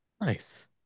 nice